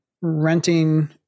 renting